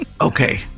Okay